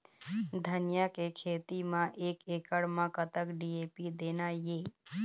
धनिया के खेती म एक एकड़ म कतक डी.ए.पी देना ये?